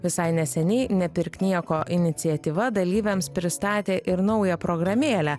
visai neseniai nepirk nieko iniciatyva dalyviams pristatė ir naują programėlę